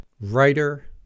writer